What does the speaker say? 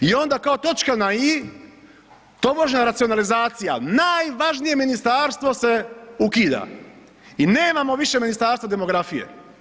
I onda kao točka na i tobožnja racionalizacija, najvažnije ministarstvo se ukida i nemamo više Ministarstvo demografije.